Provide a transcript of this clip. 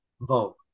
vote